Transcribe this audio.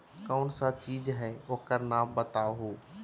कौन सा चीज है ओकर नाम बताऊ?